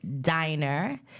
Diner